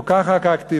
חוקה חקקתי,